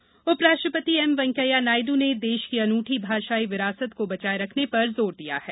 नायडु मातृभाषा उपराष्ट्रपति एम वेंकैया नायडू ने देश की अनूठी भाषायी विरासत को बचाये रखने पर जोर दिया है